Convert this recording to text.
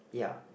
ya